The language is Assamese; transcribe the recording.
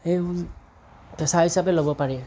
সেই পেছা হিচাপে ল'ব পাৰি